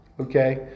okay